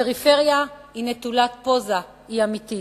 הפריפריה היא נטולת פוזה, היא אמיתית.